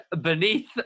beneath